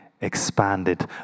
expanded